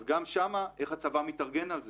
אז גם שם איך הצבא מתארגן על זה.